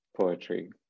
poetry